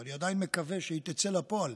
ואני עדיין מקווה שהיא תצא לפועל,